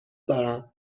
دارم